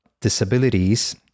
disabilities